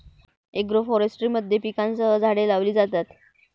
agroforestry मध्ये पिकांसह झाडे लावली जातात